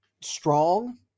strong